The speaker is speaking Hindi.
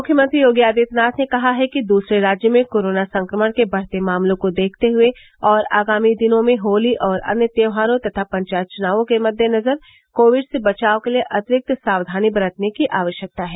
मुख्यमंत्री योगी आदित्यनाथ ने कहा है कि दूसरे राज्यों में कोरोना संक्रमण के बढ़ते मामलों को देखते हुए और आगामी दिनों में होली और अन्य त्यौहारों तथा पंचायत चुनावों के मद्देनजर कोविड से बचाव के लिये अतिरिक्त साक्धानी बरतने की आवश्यकता है